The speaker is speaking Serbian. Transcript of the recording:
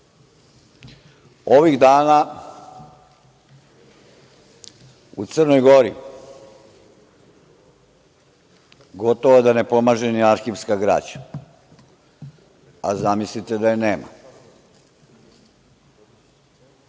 dana u Crnoj Gori, gotovo da ne pomaže ni arhivska građa, a zamislite da je nema. Kada